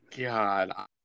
God